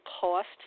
cost